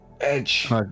edge